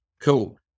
Cool